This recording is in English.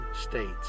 states